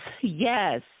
Yes